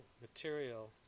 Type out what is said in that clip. material